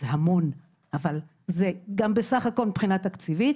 זה המון אבל זה גם "בסך הכל" מבחינה תקציבית.